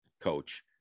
coach